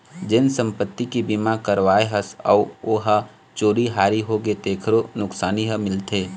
जेन संपत्ति के बीमा करवाए हस अउ ओ ह चोरी हारी होगे तेखरो नुकसानी ह मिलथे